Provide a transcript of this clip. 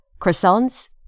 croissants